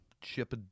chip